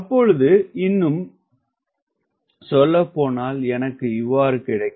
அப்பொழுது இன்னும் சொல்லப்போனால் எனக்கு இவ்வாறு கிடைக்கும்